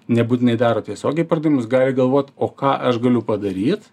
nebūtinai daro tiesiogiai pardavimus gali galvot o ką aš galiu padaryt